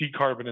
decarbonization